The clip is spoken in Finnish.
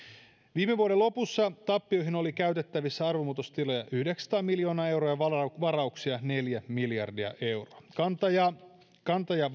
viime vuoden lopussa tappioihin oli käytettävissä arvonmuutostilejä yhdeksänsataa miljoonaa euroa ja varauksia neljä miljardia euroa kanta ja kanta ja